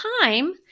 time